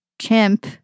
chimp